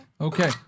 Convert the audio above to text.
Okay